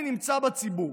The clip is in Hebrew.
אני נמצא בציבור,